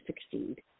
succeed